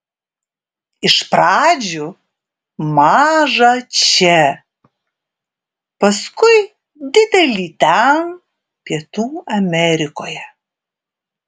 iš pradžių mažą čia paskui didelį ten pietų amerikoje